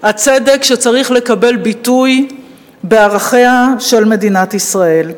הצדק שצריך לקבל ביטוי בערכיה של מדינת ישראל.